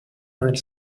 nel